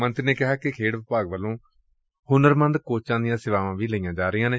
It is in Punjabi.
ਮੰਤਰੀ ਨੇ ਕਿਹਾ ਕਿ ਖੇਡ ਵਿਭਾਗ ਵੱਲੋਂ ਹੁਨਰਮੰਦ ਕੋਚਾਂ ਦੀਆਂ ਸੇਵਾਵਾਂ ਲਈਆਂ ਜਾ ਰਹੀਆਂ ਨੇ